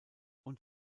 und